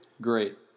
Great